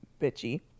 Bitchy